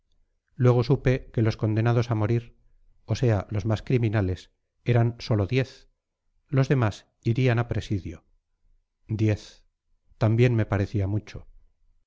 luego supe que los condenados a morir o sea los más criminales eran sólo diez los demás irían a presidio diez también me parecía mucho